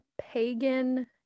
Pagan